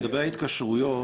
לגבי ההתקשרויות